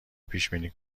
پیشبینی